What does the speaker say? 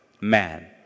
man